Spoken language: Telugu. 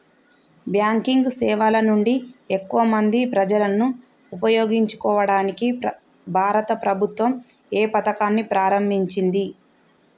బ్యాంకింగ్ సేవల నుండి ఎక్కువ మంది ప్రజలను ఉపయోగించుకోవడానికి భారత ప్రభుత్వం ఏ పథకాన్ని ప్రారంభించింది?